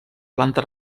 planta